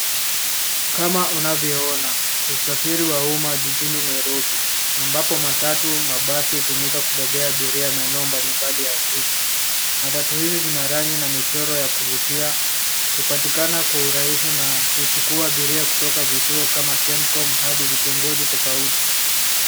Kama unavyoona usafiri wa umma jijini Nairobi, ambapo matatu, mabasi hutumika kubebea abiria maeneo mbalimbali ya jiji. Matatu hizi zina rangi na michoro ya kuvutia, hupatikana kwa urahisi na huchukua abiria kutoka vituo kama Kenkom hadi vitongoji tofauti.